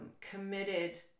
committed